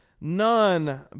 None